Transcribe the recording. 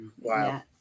Wow